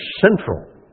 central